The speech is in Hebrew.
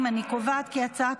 רון כץ,